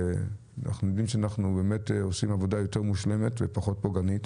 אנחנו יודעים שאנחנו עושים עבודה יותר מושלמת ופחות פוגענית.